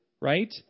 right